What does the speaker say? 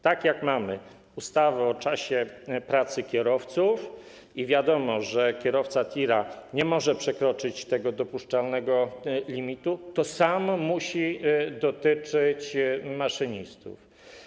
Tak jak mamy ustawę o czasie pracy kierowców i wiadomo, że kierowca tira nie może przekroczyć dopuszczalnego limitu, to również to samo musi dotyczyć maszynistów.